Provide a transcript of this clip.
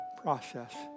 process